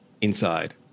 Inside